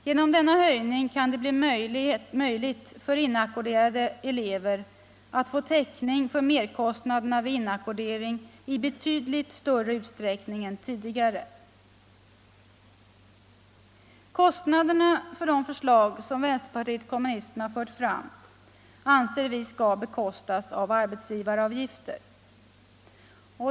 Genom denna höjning kan det bli möjligt för inackorderade elever att få täckning för merkostnaderna vid inackordering i betydligt större utsträckning än tidigare. Kostnaderna för de förslag som vänsterpartiet kommunisterna fört fram anser vi skall bestridas av arbetsgivaravgifter.